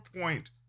point